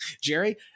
Jerry